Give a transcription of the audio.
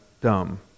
dumb